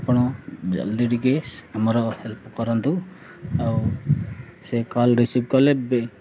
ଆପଣ ଜଲ୍ଦି ଟିକେ ଆମର ହେଲ୍ପ କରନ୍ତୁ ଆଉ ସେ କଲ୍ ରିସିଭ୍ କଲେ